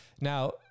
now